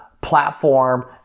platform